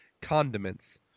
condiments